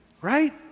Right